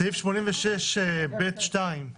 סעיף 86(ב)(2),